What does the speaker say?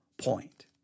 point